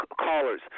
callers